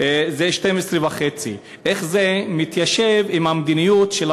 זה 12.50. איך זה מתיישב עם המדיניות של